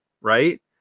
Right